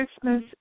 Christmas